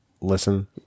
listen